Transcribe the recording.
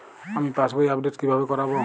আমি পাসবই আপডেট কিভাবে করাব?